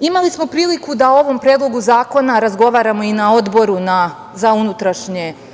Imali smo priliku da o ovom Predlogu zakona razgovaramo i na Odboru za odbranu